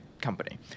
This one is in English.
company